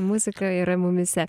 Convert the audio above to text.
muzika yra mumyse